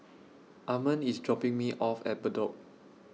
Armond IS dropping Me off At Bedok